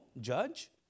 judge